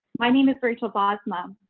my name is rachel bosman.